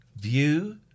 View